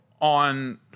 on